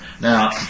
Now